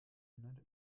ändert